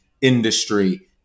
industry